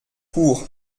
cour